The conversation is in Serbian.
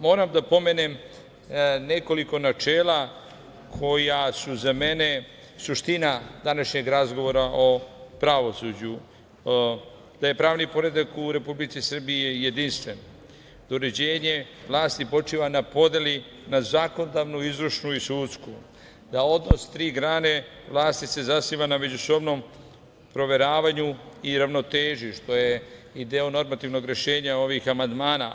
Moram da pomenem nekoliko načela koja su za mene suština današnjeg razgovora o pravosuđu – da je pravni poredak u Republici Srbiji jedinstven, da uređenje vlasti počiva na podeli na zakonodavnu, izvršnu i sudski, da se odnos tri grane vlasti zasniva na međusobnom proveravanju i ravnoteži, što je i deo normativnog rešenja ovih amandmana.